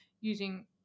using